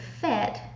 fit